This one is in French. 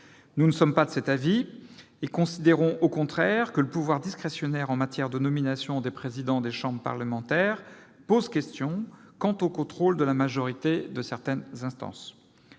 Nous ne sommes pas de cet avis et considérons au contraire que le pouvoir discrétionnaire de nomination des présidents des chambres parlementaires pose question quant au contrôle de certaines instances